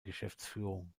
geschäftsführung